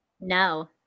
No